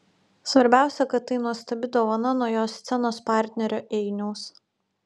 svarbiausia kad tai nuostabi dovana nuo jo scenos partnerio einiaus